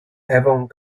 avant